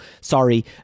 Sorry